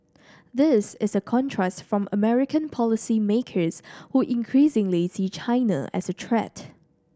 this is a contrast from American policymakers who increasingly see China as a threat